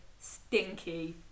stinky